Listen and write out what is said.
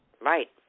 Right